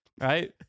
Right